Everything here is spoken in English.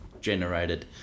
generated